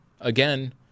again—